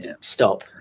stop